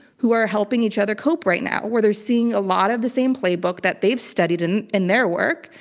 who are helping each other cope right now, where they're seeing a lot of the same playbook that they've studied in in their work,